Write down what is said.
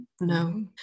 No